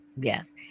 Yes